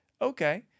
Okay